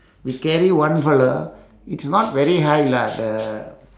we carry one fellow it's not very high lah the